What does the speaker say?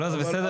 לא, זה בסדר.